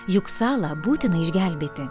juk salą būtina išgelbėti